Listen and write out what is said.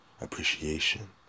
appreciation